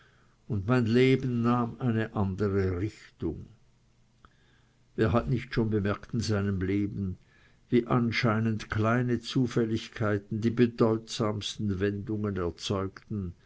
und mein leben nahm eine andere richtung wer hat nicht schon bemerkt in seinem leben wie anscheinend kleine zufälligkeiten die bedeutsamsten wendungen erzeugten